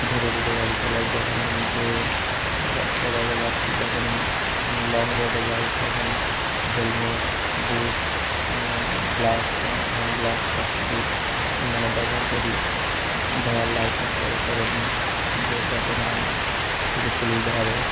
ধীরে ধীরে গাড়ি চালাই যখন যে ধরো একটা জায়গায় যাচ্ছি যখনই লং রোডে যাই তখন helmet boot glass hand glass সব কিছুই মানে ব্যবহার করি ধোঁয়ার লাইসেন্স করে নিই যাতে না পুলিশ টুলিশ ধরে